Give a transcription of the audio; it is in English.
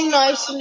nice